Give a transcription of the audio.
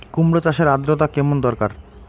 কুমড়ো চাষের আর্দ্রতা কেমন দরকার?